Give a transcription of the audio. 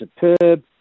superb